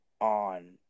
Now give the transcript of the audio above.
on